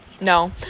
No